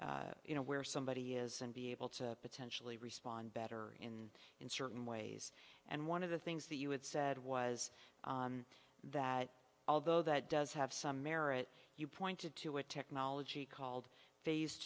the you know where somebody is and be able to potentially respond better in in certain ways and one of the things that you had said was that although that does have some merit you pointed to a technology called